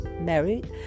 married